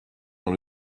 dans